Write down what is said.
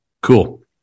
Cool